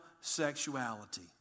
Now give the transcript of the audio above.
sexuality